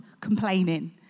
complaining